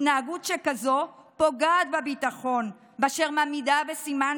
התנהגות שכזו פוגעת בביטחון באשר היא מעמידה בסימן